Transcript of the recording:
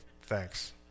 thanks